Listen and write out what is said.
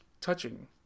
touching